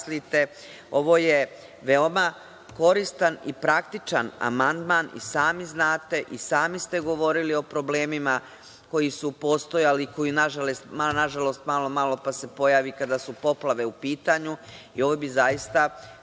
ovo je veoma koristan i praktičan amandman i sami znate, i sami ste govorili o problemima koji su postojali, koji nažalost malo, malo pa se pojavi kada su poplave u pitanju. Ovo bi zaista